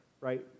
right